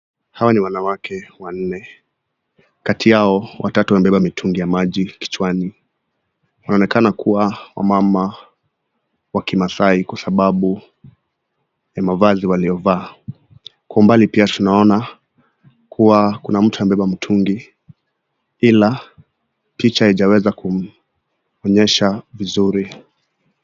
Hawa ni wanawake wanne kati yao watatu wamebeba mitungi ya maji kichwani. Waonekana kuwa wamama wa kimaasai kwa sababu ya mavazi waliovaa. Kwa umbali pia tunaona kuwa kuna mtu amebeba mtungi, ila picha haijaweza kuonyesha vizuri.